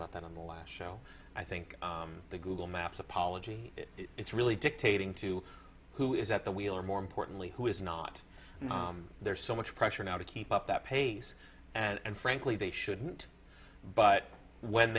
about that on the last show i think the google maps apology it's really dictating to who is at the wheel or more importantly who is not there so much pressure now to keep up that pace and frankly they shouldn't but when